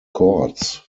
courts